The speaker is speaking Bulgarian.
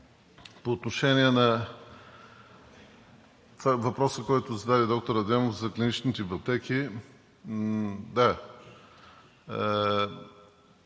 По отношение на въпроса, който зададе доктор Адемов за клиничните пътеки – да,